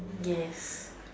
yes